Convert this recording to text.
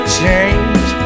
change